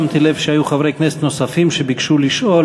שמתי לב שהיו חברי כנסת נוספים שביקשו לשאול,